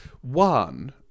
One